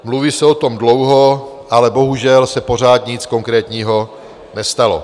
Mluví se o tom dlouho, ale bohužel se pořád nic konkrétního nestalo.